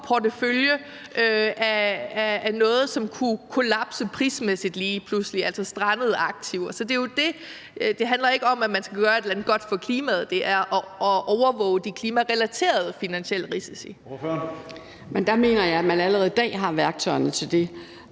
portefølje af noget, som kunne kollapse prismæssigt lige pludselig, altså strandede aktiver. Så det er jo det. Det handler ikke om, at man skal gøre et eller andet godt for klimaet. Det handler om at overvåge de klimarelaterede finansielle risici. Kl. 15:06 Tredje næstformand (Karsten Hønge): Ordføreren. Kl.